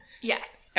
yes